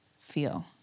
feel